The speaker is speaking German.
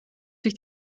sich